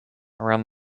around